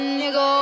nigga